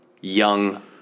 young